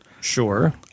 Sure